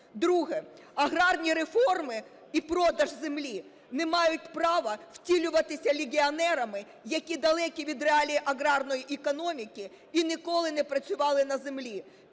Друге. Аграрні реформи і продаж землі не мають права втілюватися легіонерами, які далекі від реалій аграрної економіки і ніколи не працювали на землі.